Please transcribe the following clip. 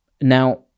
Now